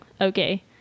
okay